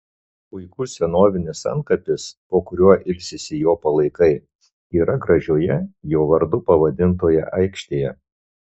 puikus senovinis antkapis po kuriuo ilsisi jo palaikai yra gražioje jo vardu pavadintoje aikštėje